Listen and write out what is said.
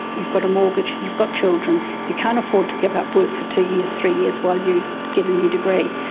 you've got a mortgage, you've got children, you can't afford to give up work for two years, three years while you get a new degree,